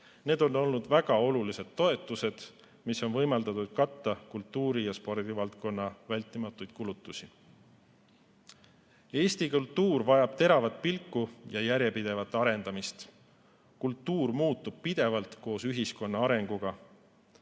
Need on olnud väga olulised toetused, mis on võimaldatud katta kultuuri- ja spordivaldkonna vältimatuid kulutusi. Eesti kultuur vajab teravat pilku ja järjepidevat arendamist. Kultuur muutub pidevalt koos ühiskonna arenguga.